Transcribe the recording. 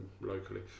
locally